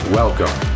welcome